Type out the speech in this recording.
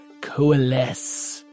coalesce